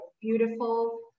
beautiful